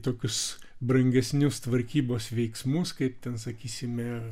tokius brangesnius tvarkybos veiksmus kaip ten sakysime